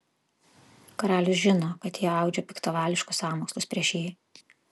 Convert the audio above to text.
karalius žino kad jie audžia piktavališkus sąmokslus prieš jį